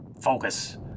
Focus